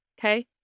Okay